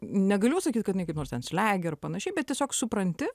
negaliu sakyt kad jinai kaip nors ten slegia ar panašiai bet tiesiog supranti